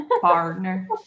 Partner